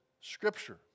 Scripture